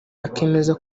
akemeza